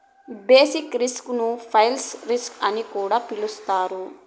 basic risk ను price risk అని కూడా పిలుత్తారు